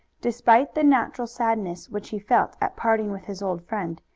despite the natural sadness which he felt at parting with his old friend,